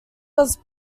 was